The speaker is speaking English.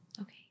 Okay